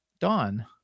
Dawn